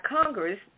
Congress